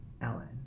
Ellen